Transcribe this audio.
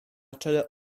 czele